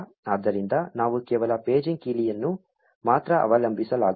ಆದ್ದರಿಂದ ನಾವು ಕೇವಲ ಪೇಜಿಂಗ್ ಕೀಲಿಯನ್ನು ಮಾತ್ರ ಅವಲಂಬಿಸಲಾಗುವುದಿಲ್ಲ